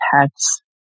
pets